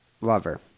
lover